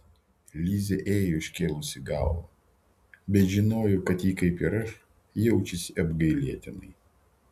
lizė ėjo iškėlusi galvą bet žinojau kad ji kaip ir aš jaučiasi apgailėtinai